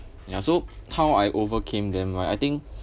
ya so how I overcame them right I think